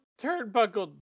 turnbuckle